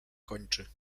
kończy